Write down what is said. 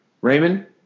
Raymond